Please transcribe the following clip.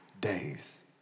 days